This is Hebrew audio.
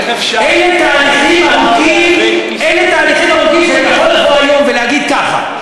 אלה תהליכים ארוכים שאני יכול לבוא היום ולהגיד ככה: